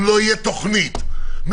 אם לא תהיה תוכנית מסודרת